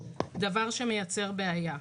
דבר שמייצר בעיה.